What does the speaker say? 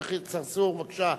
השיח' צרצור, בבקשה.